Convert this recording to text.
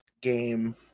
game